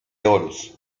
horus